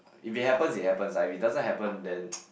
if it happens it happens if it doesn't happen then